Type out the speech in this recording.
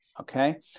Okay